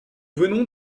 venons